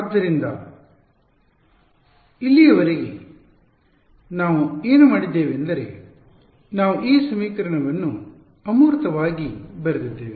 ಆದ್ದರಿಂದ ಇಲ್ಲಿಯವರೆಗೆ ನಾವು ಏನು ಮಾಡಿದ್ದೇವೆಂದರೆ ನಾವು ಈ ಸಮೀಕರಣವನ್ನು ಅಮೂರ್ತವಾಗಿ ಎಂದು ಬರೆದಿದ್ದೇವೆ